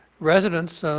residents